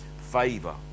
favor